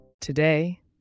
Today